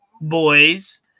boys